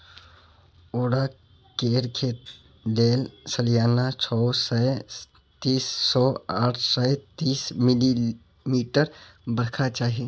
औरा केर खेती लेल सलियाना छअ सय तीस सँ आठ सय तीस मिलीमीटर बरखा चाही